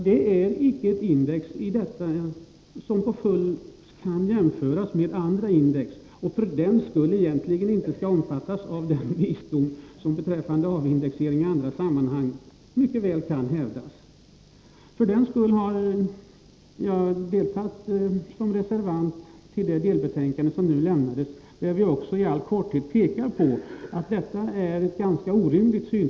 Det är icke ett index som helt kan jämföras med andra index, och det skall därför inte omfattas av den princip som i andra sammanhang mycket väl kan hävdas beträffande avindexering. Därför har jag varit med och avgivit en reservation — Nr 11 till det delbetänkande som nu har lämnats. Jag ville också i all korthet visa på Torsdagen den att detta är ett ganska orimligt synsätt.